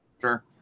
Sure